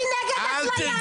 אני נגד אפליה,